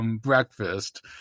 breakfast